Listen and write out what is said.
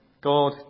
God